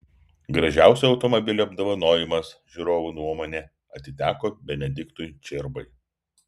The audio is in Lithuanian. gražiausio automobilio apdovanojimas žiūrovų nuomone atiteko benediktui čirbai